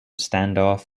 standoff